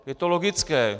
Je to logické.